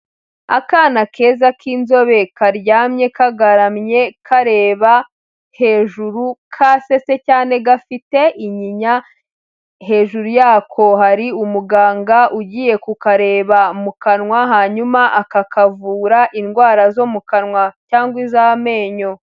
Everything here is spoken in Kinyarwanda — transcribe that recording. Akana keza k'inzobe, karyamye kagaramye kareba hejuru, kasetse cyane, gafite inyinya, hejuru yako hari umuganga ugiye kukareba mu kanwa, hanyuma akakavura, indwara zo mu kanwa, cyangwa iz'amenyo